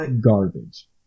garbage